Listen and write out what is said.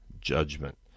judgment